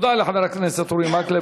תודה לחבר הכנסת אורי מקלב.